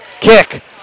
Kick